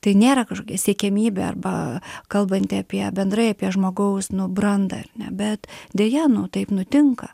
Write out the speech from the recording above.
tai nėra kažkokia siekiamybė arba kalbanti apie bendrai apie žmogaus nu brandą ar ne bet deja nu taip nutinka